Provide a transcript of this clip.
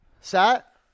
Sat